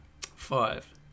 five